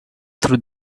through